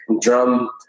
drum